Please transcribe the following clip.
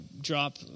drop